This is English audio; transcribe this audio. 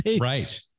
Right